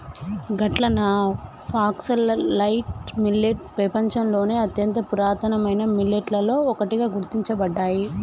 గట్లన foxtail millet పెపంచంలోని అత్యంత పురాతనమైన మిల్లెట్లలో ఒకటిగా గుర్తించబడ్డాయి